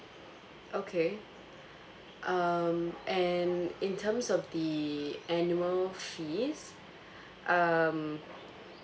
okay um and in terms of the annual fees um